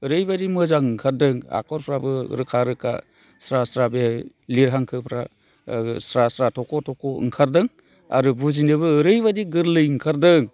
ओरैबायदि मोजां ओंखारदों आखरफोराबो रोखा रोखा स्रा स्रा बे लिरहांखोफ्रा स्रा स्रा थख' थख' ओंखारदों आरो बुजिनोबो ओरैबायदि गोरलै ओंखारदों